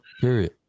period